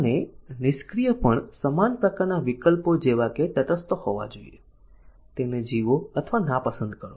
અને નિષ્ક્રિય પણ સમાન પ્રકારના વિકલ્પો જેવા કે તટસ્થ હોવા જોઈએ તેને જીવો અથવા નાપસંદ કરો